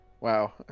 Wow